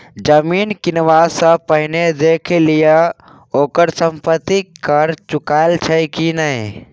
जमीन किनबा सँ पहिने देखि लिहें ओकर संपत्ति कर चुकायल छै कि नहि?